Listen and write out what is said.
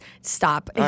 Stop